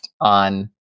on